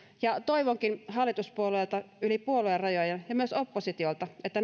ja toivonkin hallituspuolueilta yli puoluerajojen ja ja myös oppositiolta että